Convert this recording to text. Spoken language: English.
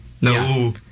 No